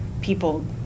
people